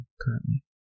currently